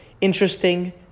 interesting